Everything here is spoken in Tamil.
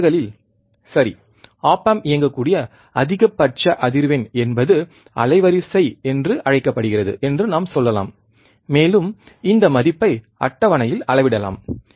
இந்த விலகலில் சரி ஒப் ஆம்ப் இயங்கக்கூடிய அதிகபட்ச அதிர்வெண் என்பது அலைவரிசை என்று அழைக்கப்படுகிறது என்று நாம் சொல்லலாம் மேலும் இந்த மதிப்பை அட்டவணையில் அளவிடலாம்